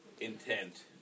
intent